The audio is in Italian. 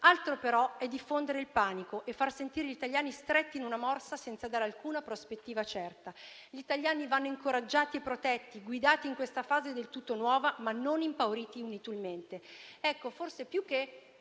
Altro però è diffondere il panico e far sentire gli italiani stretti in una morsa, senza dare alcuna prospettiva certa. Gli italiani vanno incoraggiati e protetti, guidati in questa fase del tutto nuova, ma non impauriti inutilmente. Ecco, forse più che